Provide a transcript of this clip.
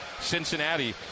Cincinnati